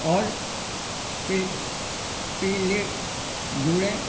और पीले जुड़े